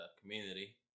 community